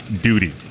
duty